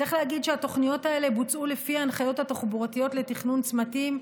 צריך להגיד שהתוכניות האלה בוצעו לפי ההנחיות התחבורתיות לתכנון צמתים,